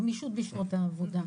גמישות בשעות העבודה,